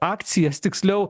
akcijas tiksliau